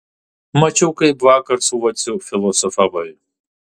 mačiau kaip vakar su vaciu filosofavai